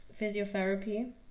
physiotherapy